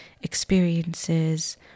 experiences